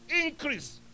increase